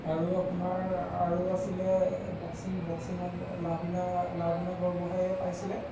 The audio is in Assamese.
আৰু আপোনাৰ আৰু আছিলে বক্সিং বক্সিঙত লাভলীনা লাভলীনা বৰগোহাঁয়ে পাইছিলে